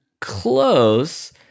Close